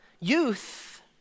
Youth